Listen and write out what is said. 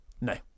No